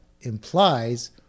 implies